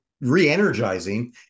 re-energizing